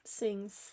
sings